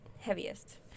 Heaviest